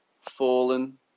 Fallen